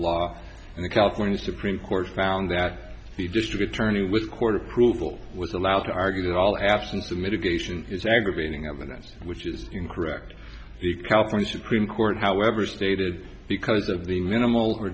law and the california supreme court found that the district attorney which court approval was allowed to argue that all absence of mitigation is aggravating evidence which is incorrect the california supreme court however stated because of being minimal or